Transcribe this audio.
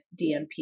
DMP